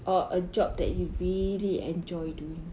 or a job that you really enjoy doing